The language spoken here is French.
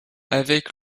avec